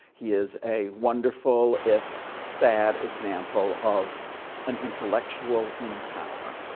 he is a wonderful, if sad, example of an intellectual in power.